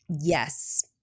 Yes